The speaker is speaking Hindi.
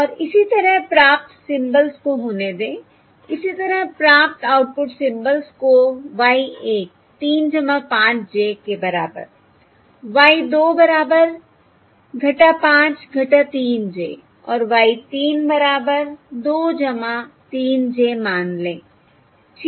और इसी तरह प्राप्त सिम्बल्स को होने दें इसी तरह प्राप्त आउटपुट सिम्बल्स को y 1 3 5 j बराबर y 2 बराबर 5 3 j और y 3 बराबर 2 3 j मान लें ठीक